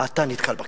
אתה נתקל בקיר.